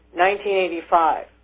1985